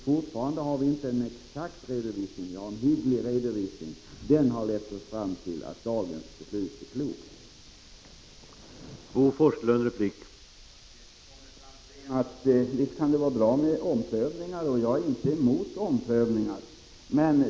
Fortfarande har vi inte någon exakt redovisning, men en hygglig redovisning.